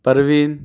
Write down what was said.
Parveen